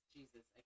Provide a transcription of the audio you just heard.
Jesus